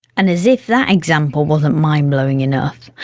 and as if that example wasn't mind-blowing enough,